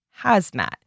HAZMAT